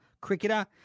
cricketer